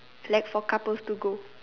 like for couples to go